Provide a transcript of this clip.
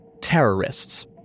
terrorists